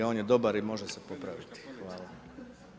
On je dobar i može se popraviti.